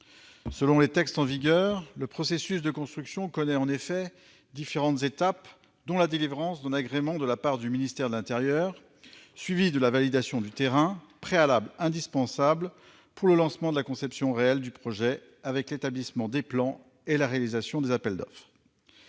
Selon les textes en vigueur, le processus de construction connaît différentes étapes dont la délivrance d'un agrément de la part du ministère de l'intérieur suivie de la validation du terrain, préalable indispensable pour le lancement de la conception réelle du projet avec l'établissement des plans et la réalisation des appels d'offres.